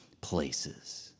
places